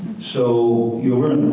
so you learn